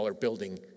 building